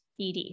ED